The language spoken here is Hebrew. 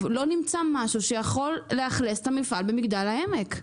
לא נמצא משהו שיכול לאכלס את המפעל במגדל העמק?